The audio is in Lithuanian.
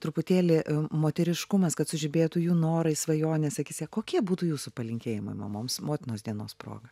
truputėlį moteriškumas kad sužibėtų jų norai svajonės akyse kokie būtų jūsų palinkėjimai mamoms motinos dienos proga